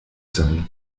sein